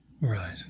Right